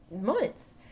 Months